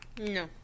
No